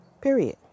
period